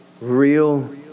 real